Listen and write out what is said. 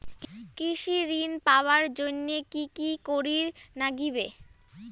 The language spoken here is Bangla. কৃষি ঋণ পাবার জন্যে কি কি করির নাগিবে?